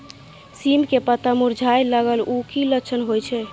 सीम के पत्ता मुरझाय लगल उ कि लक्षण होय छै?